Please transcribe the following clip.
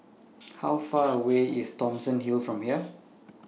How Far away IS Thomson Hill from here